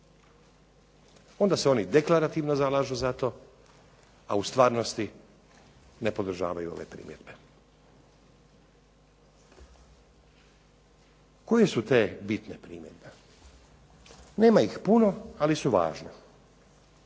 Onda se oni deklarativno zalažu za to, a u stvarnosti ne podržavaju ove primjedbe. Koje su te bitne primjedbe? Nema ih puno, ali su važne.